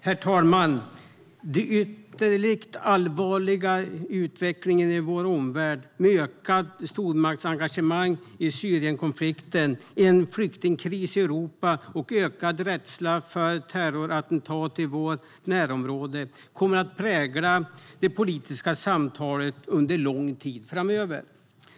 Herr talman! Den ytterligt allvarliga utvecklingen i vår omvärld med ökat stormaktsengagemang i Syrienkonflikten, en flyktingkris i Europa och ökad rädsla för terrorattentat i vårt närområde kommer att prägla det politiska samtalet under lång tid framöver.